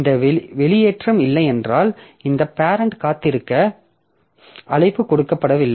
இந்த வெளியேற்றம் இல்லையென்றால் இந்த பேரெண்ட் காத்திருக்க அழைப்பு கொடுக்கப்படவில்லை